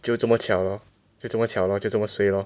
就这么巧了就这么巧了就这么 suay lor